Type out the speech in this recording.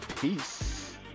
peace